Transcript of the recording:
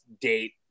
date